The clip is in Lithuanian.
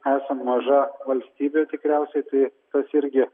esam maža valstybė tikriausiai tai tas irgi